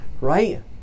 right